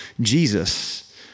Jesus